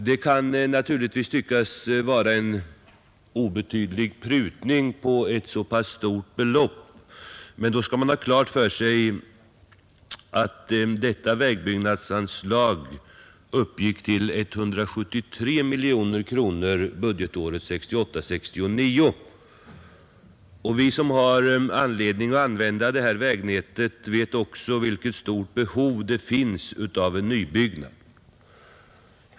Det kan naturligtvis tyckas vara en obetydlig prutning på ett så pass stort belopp, men man skall ha klart för sig att detta vägbyggnadsanslag uppgick till 173 miljoner kronor budgetåret 1968/69. Vi som har anledning att använda detta vägnät vet också vilket stort behov det finns av en nybyggnad.